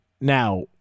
Now